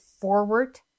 forward